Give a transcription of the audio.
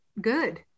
good